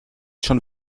schon